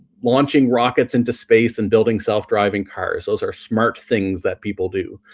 launching rockets into space and building self-driving cars those are smart things that people do,